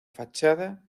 fachada